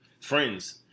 friends